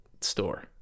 store